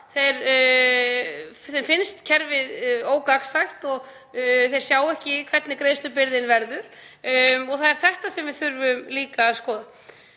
þeim finnst kerfið ógagnsætt og sjá ekki hvernig greiðslubyrðin verður. Það er þetta sem við þurfum líka að skoða.